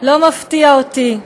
לא מפתיע אותי,